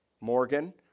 Morgan